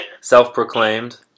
self-proclaimed